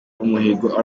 umuhigo